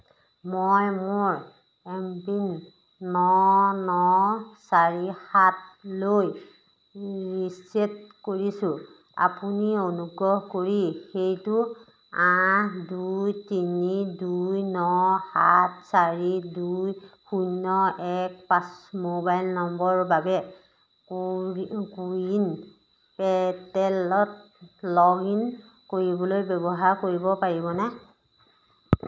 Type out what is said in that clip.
মই মোৰ এমপিন ন ন চাৰি সাতলৈ ৰিচেট কৰিছোঁ আপুনি অনুগ্ৰহ কৰি সেইটো আঠ দুই তিনি দুই ন সাত চাৰি দুই শূন্য এক পাঁচ মোবাইল নম্বৰৰ বাবে কোৱিন প'ৰ্টেলত লগইন কৰিবলৈ ব্যৱহাৰ কৰিব পাৰিবনে